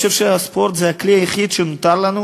אני חושב שהספורט זה הכלי היחיד שנותר לנו